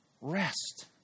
Rest